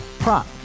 Prop